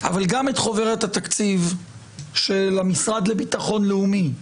אבל גם את חוברת התקציב של המשרד לביטחון לאומי,